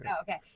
okay